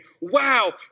Wow